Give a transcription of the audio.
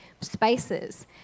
spaces